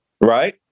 Right